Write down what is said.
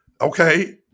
Okay